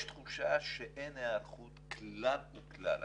יש תחושה שאין היערכות כלל וכלל.